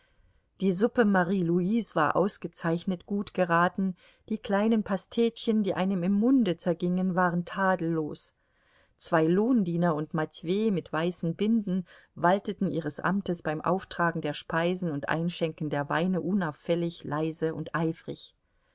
die suppe marie louise war ausgezeichnet gut geraten die kleinen pastetchen die einem im munde zergingen waren tadellos zwei lohndiener und matwei mit weißen binden walteten ihres amtes beim auftragen der speisen und einschenken der weine unauffällig leise und eifrig